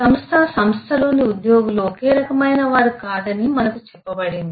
సంస్థ సంస్థలోని ఉద్యోగులు ఒకే రకమైనవారు కాదని మనకు చెప్పబడింది